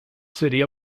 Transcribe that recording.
city